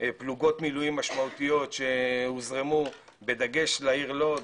פלוגות מילואים משמעותיות שהוזרמו בדגש לעיר לוד,